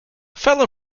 fellow